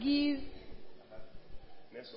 Give